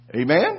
Amen